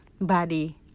body